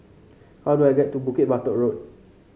how do I get to Bukit Batok Road